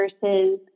versus